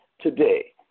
today